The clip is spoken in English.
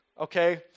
okay